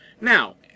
Now